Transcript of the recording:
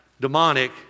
demonic